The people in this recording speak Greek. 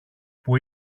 που